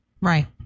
Right